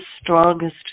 strongest